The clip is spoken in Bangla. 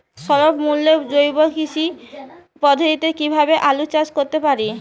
স্বল্প মূল্যে জৈব কৃষি পদ্ধতিতে কীভাবে আলুর চাষ করতে পারি?